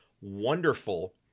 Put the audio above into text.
wonderful